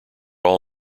all